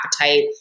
appetite